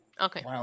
Okay